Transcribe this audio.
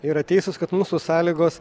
yra teisūs kad mūsų sąlygos